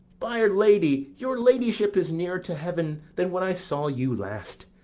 by'r lady, your ladyship is nearer to heaven than when i saw you last,